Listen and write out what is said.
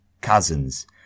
cousins